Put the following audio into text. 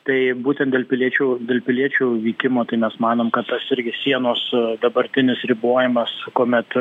tai būtent dėl piliečių dėl piliečių vykimo tai mes manom kad tas irgi sienos dabartinis ribojimas kuomet